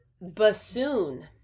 Bassoon